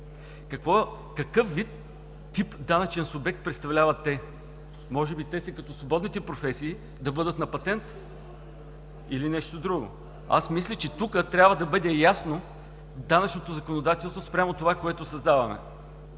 какъв тип данъчен субект представляват те? Може би те като свободните професии да бъдат на патент или нещо друго. Аз мисля, че тук трябва да бъде ясно данъчното законодателство спрямо това, което създаваме.